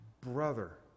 brother